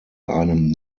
einem